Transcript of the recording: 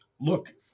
look